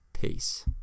Peace